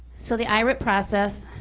so the irip process